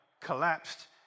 collapsed